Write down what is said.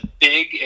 big